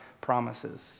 promises